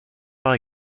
par